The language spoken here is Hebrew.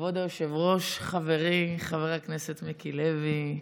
כבוד היושב-ראש חברי חבר הכנסת מיקי לוי,